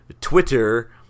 Twitter